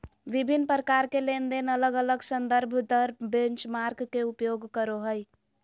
विभिन्न प्रकार के लेनदेन अलग अलग संदर्भ दर बेंचमार्क के उपयोग करो हइ